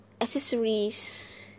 accessories